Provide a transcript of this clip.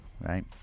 right